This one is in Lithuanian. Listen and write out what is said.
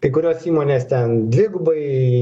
kai kurios įmonės ten dvigubai